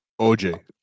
OJ